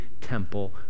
temple